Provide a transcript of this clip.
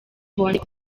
bongeye